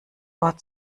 ohr